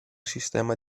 sistema